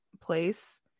place